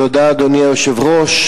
תודה, אדוני היושב-ראש.